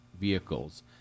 vehicles